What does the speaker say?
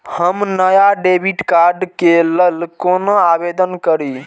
हम नया debit card के लल कौना आवेदन करि?